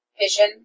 vision